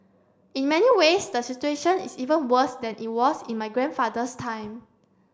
in many ways the situation is even worse than it was in my grandfather's time